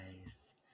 guys